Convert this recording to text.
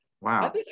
Wow